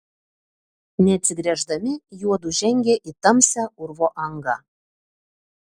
neatsigręždami juodu žengė į tamsią urvo angą